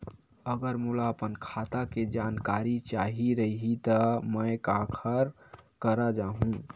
अगर मोला अपन खाता के जानकारी चाही रहि त मैं काखर करा जाहु?